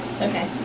Okay